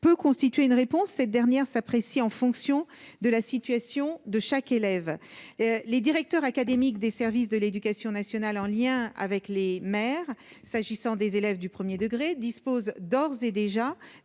peut constituer une réponse, cette dernière s'apprécie en fonction de la situation de chaque élève, les directeurs académiques des services de l'éducation nationale en lien avec les maires, s'agissant des élèves du 1er degré dispose d'ores et déjà